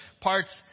parts